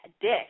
dick